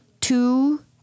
two